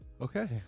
Okay